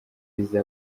visa